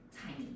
tiny